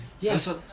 Yes